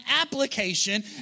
application